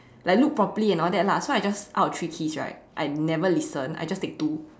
like look properly and all that lah so I just out of three keys right I never listen I just take two